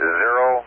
zero